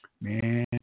Man